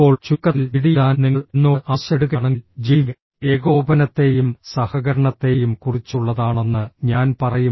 ഇപ്പോൾ ചുരുക്കത്തിൽ ജിഡി ഇടാൻ നിങ്ങൾ എന്നോട് ആവശ്യപ്പെടുകയാണെങ്കിൽ ജിഡി ഏകോപനത്തെയും സഹകരണത്തെയും കുറിച്ചുള്ളതാണെന്ന് ഞാൻ പറയും